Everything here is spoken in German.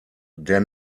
der